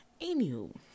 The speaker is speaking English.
Anywho